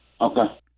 Okay